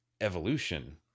evolution